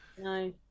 No